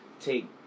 take